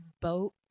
boat